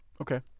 Okay